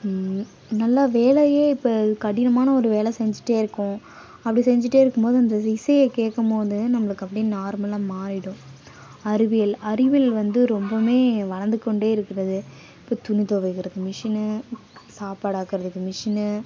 நல்ல வேலையே இப்போ கடினமான ஒரு வேலை செஞ்சிகிட்டே இருக்கோம் அப்படி செஞ்சிகிட்டே இருக்கும்போது வந்து இந்த இசையை கேட்கும்மோது நம்மளுக்கு அப்டி நார்மலாக மாறிடும் அறிவியல் அறிவியல் வந்து ரொம்பவுமே வளர்ந்து கொண்டே இருக்கிறது இப்போ துணி துவைக்கிறது மிஷினு சாப்பாடு ஆக்குறதுக்கு மிஷினு